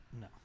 no